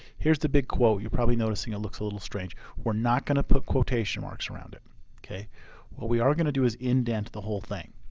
here's the big quote, you're probably noticing it looks a little strange. we're not gonna put quotation marks around it ok? what we are gonna do is indent the whole thing.